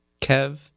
Kev